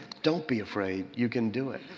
don't be afraid. you can do it.